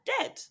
dead